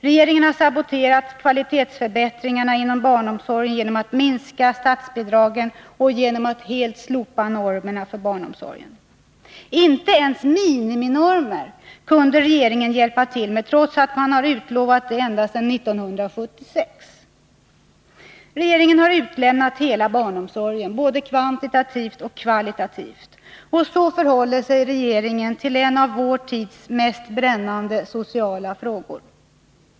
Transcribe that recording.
Regeringen har saboterat kvalitetsförbättringarna inom barnomsorgen genom att minska statsbidragen och genom att helt slopa normerna för barnomsorgen. Inte ens miniminormer kunde regeringen hjälpa till med, trots att man utlovat det ända sedan 1976. Regeringen har utlämnat hela barnomsorgen, både kvantitativt och kvalitativt. Så förhåller sig regeringen till en av vår tids mest brännande sociala frågor!